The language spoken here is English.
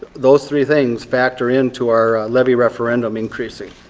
those three things factor into our levy referendum increasing.